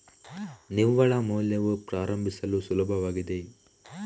ನಿವ್ವಳ ಮೌಲ್ಯವು ಪ್ರಾರಂಭಿಸಲು ಸುಲಭವಾಗಿದೆ